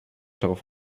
darauf